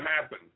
happen